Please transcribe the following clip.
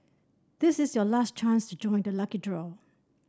this is your last chance to join the lucky draw